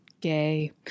gay